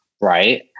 right